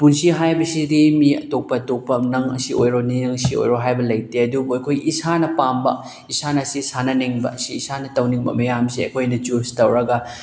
ꯄꯨꯟꯁꯤ ꯍꯥꯏꯕꯁꯤꯗꯤ ꯃꯤ ꯑꯇꯣꯞꯄ ꯑꯇꯣꯞꯄ ꯅꯪ ꯑꯁꯤ ꯑꯣꯏꯔꯣꯅꯦ ꯅꯪ ꯑꯁꯤ ꯑꯣꯏꯔꯣ ꯍꯥꯏꯕ ꯂꯩꯇꯦ ꯑꯗꯨꯕꯨ ꯑꯩꯈꯣꯏ ꯏꯁꯥꯅ ꯄꯥꯝꯕ ꯏꯁꯥꯅ ꯁꯤ ꯁꯥꯟꯅꯅꯤꯡꯕ ꯁꯤ ꯏꯁꯥꯅ ꯇꯧꯅꯤꯡꯕ ꯃꯌꯥꯝꯁꯦ ꯑꯩꯈꯣꯏꯅ ꯆꯨꯁ ꯇꯧꯔꯒ